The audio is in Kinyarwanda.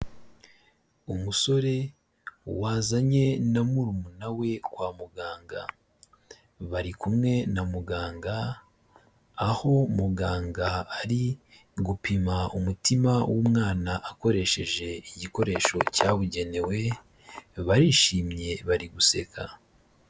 Umusore wazanye na murumuna we kwa muganga, bari kumwe na muganga, aho muganga ari gupima umutima w'umwana akoresheje igikoresho cyabugenewe, barishimye bari guseka.